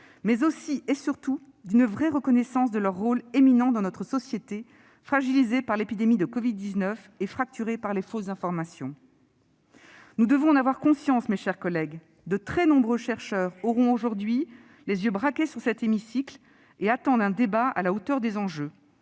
mais aussi, et surtout, d'une vraie reconnaissance de leur rôle éminent dans notre société fragilisée par l'épidémie de covid-19 et fracturée par les fausses informations. Nous devons en avoir conscience, mes chers collègues : de très nombreux chercheurs auront aujourd'hui les yeux braqués sur cet hémicycle et attendent un débat à la hauteur des enjeux.